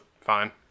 fine